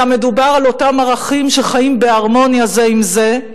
אלא מדובר על אותם ערכים שחיים בהרמוניה זה עם זה.